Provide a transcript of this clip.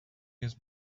his